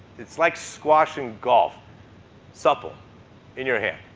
it's like squash and golf supple in your hand.